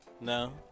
no